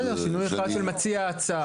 בסדר, שינוי אחד של מציע ההצעה.